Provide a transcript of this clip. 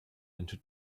into